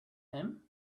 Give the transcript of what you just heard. him